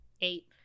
Eight